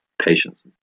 patience